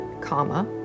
comma